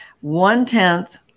One-tenth